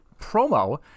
promo